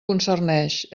concerneix